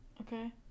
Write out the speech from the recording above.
Okay